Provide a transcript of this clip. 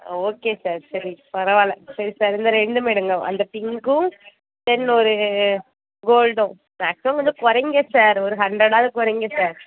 okay sir சரி பரவாயில்ல சரி சார் இந்த ரெண்டுமே எடுங்கள் அந்த பிங்க்கும் தென் ஒரு கோல்டும் மேக்ஸிமம் கொஞ்சம் குறைங்க சார் ஒரு ஹண்ட்ரட்டாவது குறைங்க சார்